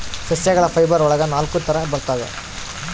ಸಸ್ಯಗಳ ಫೈಬರ್ ಒಳಗ ನಾಲಕ್ಕು ತರ ಬರ್ತವೆ